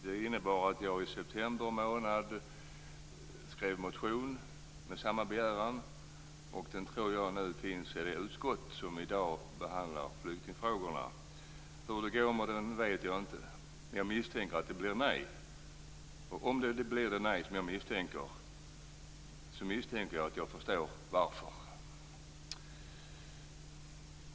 Det innebar att jag i september månad skrev en motion med samma begäran. Jag tror att den nu finns i det utskott som i dag behandlar flyktingfrågorna. Jag vet inte hur det går med den, men jag misstänker att det blir nej. Om det blir nej, misstänker jag att jag förstår varför.